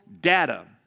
data